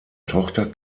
tochter